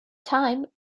time